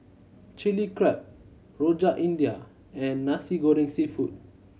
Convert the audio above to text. Chilli Crab Rojak India and Nasi Goreng Seafood